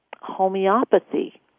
homeopathy